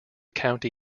county